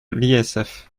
l’isf